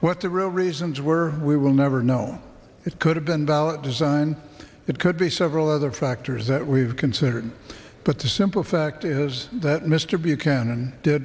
what the real reasons were we will never know it could have been ballot design it could be several other factors that we've considered but the simple fact is that mr buchanan did